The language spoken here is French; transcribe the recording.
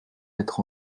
être